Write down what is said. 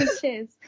Cheers